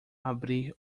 abrir